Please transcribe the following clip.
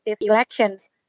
elections